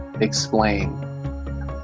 explain